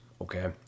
okay